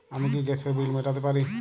আমি কি গ্যাসের বিল মেটাতে পারি?